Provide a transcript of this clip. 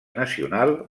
nacional